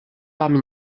parmi